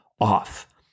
off